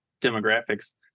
demographics